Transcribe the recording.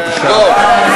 בבקשה.